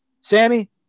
Sammy